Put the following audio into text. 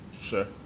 Sure